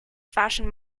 fashion